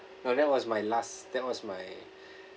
no that was my last that was my